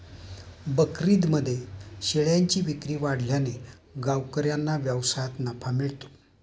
बकरीदमध्ये शेळ्यांची विक्री वाढल्याने गावकऱ्यांना व्यवसायात नफा मिळतो